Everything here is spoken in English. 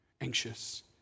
anxious